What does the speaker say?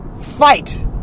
Fight